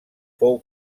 fou